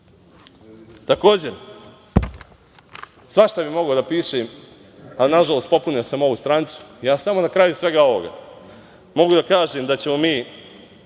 dobijamo. Svašta bih mogao da pišem, ali, nažalost, popunio sam ovu stranicu i na kraju svega ovoga mogu da kažem da ćemo mi